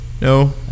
no